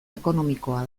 ekonomikoa